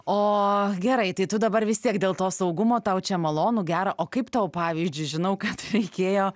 o gerai tai tu dabar vis tiek dėl to saugumo tau čia malonu gera o kaip tau pavyzdžiui žinau kad reikėjo